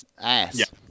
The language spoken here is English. ass